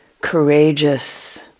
courageous